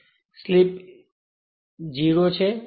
તેથી 0 માટે સ્લિપ 0 છે